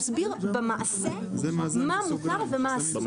תסביר במעשה מה מותר ומה אסור,